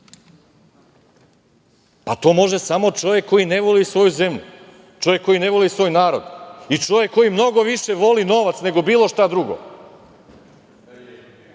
Pa to može samo čovek koji ne voli svoju zemlju, ne voli svoj narod i čovek koji mnogo više voli novac nego bilo šta drugo.